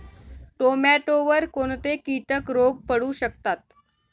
टोमॅटोवर कोणते किटक रोग पडू शकतात?